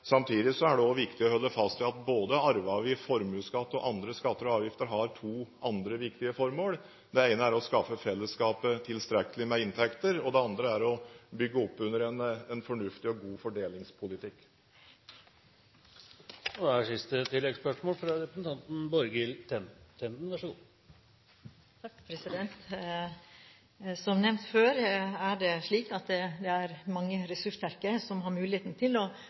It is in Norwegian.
samtidig er det også viktig å holde fast ved at arveavgift, formuesskatt og andre skatter og avgifter har to andre viktige formål: Det ene er å skaffe fellesskapet tilstrekkelig med inntekter, og det andre er å bygge opp under en fornuftig og god fordelingspolitikk. Borghild Tenden – til oppfølgingsspørsmål. Som nevnt før er det slik at det er mange ressurssterke som har muligheten til